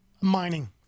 mining